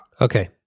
Okay